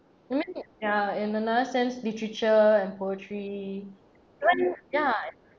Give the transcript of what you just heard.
I mean ya in another sense literature and poetry even ya